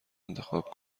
انتخاب